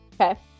okay